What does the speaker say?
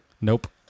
Nope